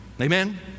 Amen